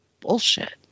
bullshit